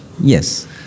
Yes